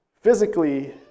Physically